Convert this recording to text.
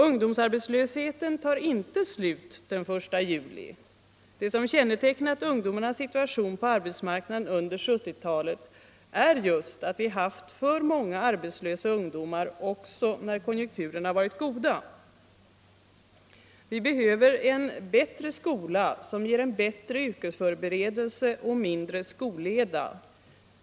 Ungdomsarbetslösheten tar inte slut den 1 juli. Det som kännetecknat ungdomarnas situation på arbetsmarknaden under 1970-talet är just att vi haft för många arbetslösa ungdomar också när konjunkturerna varit goda. Vi behöver en bättre skola, som ger en bättre yrkesförberedelse och mindre skolleda.